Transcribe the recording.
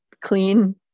clean